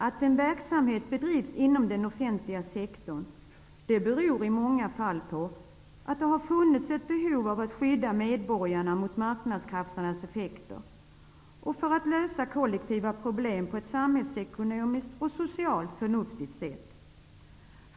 Att en verksamhet bedrivs inom den offentliga sektorn beror i många fall på att det har funnits ett behov av att skydda medborgarna mot marknadskrafternas effekter och för att lösa kollektiva problem på ett samhällsekonomiskt och socialt förnuftigt sätt.